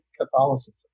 Catholicism